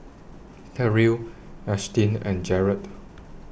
Terrill Ashtyn and Jaret